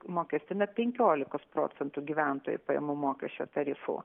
mokestina penkiolikos procentų gyventojų pajamų mokesčio tarifu